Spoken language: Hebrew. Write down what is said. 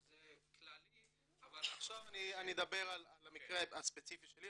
דיברת כללי אבל --- עכשיו אני אדבר על המקרה הספציפי שלי,